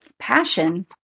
Passion